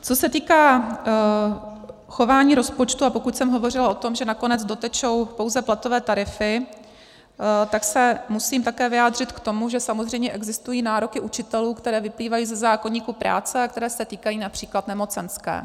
Co se týká chování rozpočtu a pokud jsem hovořila o tom, že nakonec dotečou pouze platové tarify, tak se musím také vyjádřit k tomu, že samozřejmě existují nároky učitelů, které vyplývají ze zákoníku práce a které se týkají například nemocenské.